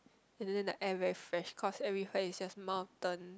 and then the air very fresh cause every where is just mountain